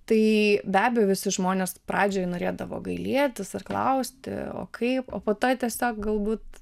tai be abejo visi žmonės pradžioj norėdavo gailėtis ir klausti o kaip o po to jie tiesiog galbūt